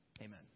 Amen